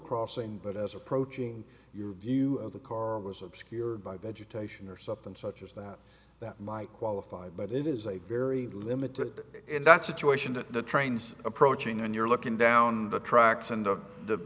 crossing but as approaching your view of the car was obscured by vegetation or something such as that that might qualify but it is a very limited in that situation that the train's approaching and you're looking down the tracks and of the